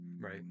Right